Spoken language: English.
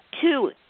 two